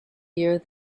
year